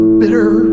bitter